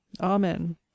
amen